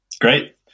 Great